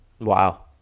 Wow